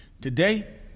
Today